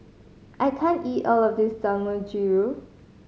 I can't eat all of this Dangojiru